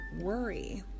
worry